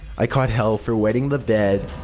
i caught hell for wetting the bed.